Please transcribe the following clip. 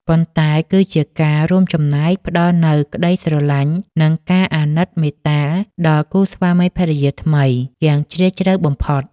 ប៉ុន្តែគឺជាការរួមចំណែកផ្តល់នូវក្តីស្រឡាញ់ និងការអាណិតមេត្តាដល់គូស្វាមីភរិយាថ្មីយ៉ាងជ្រាលជ្រៅបំផុត។